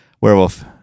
Werewolf